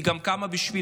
היא קמה גם בשביל